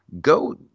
go